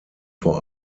vor